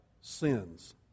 sins